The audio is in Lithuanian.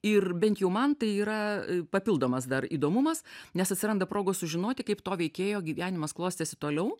ir bent jau man tai yra papildomas dar įdomumas nes atsiranda progos sužinoti kaip to veikėjo gyvenimas klostėsi toliau